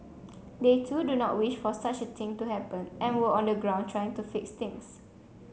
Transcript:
they too do not wish for such a thing to happen and were on the ground trying to fix things